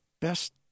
best